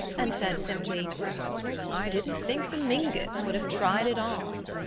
and said simply i didn't think the mingotts would have tried it on.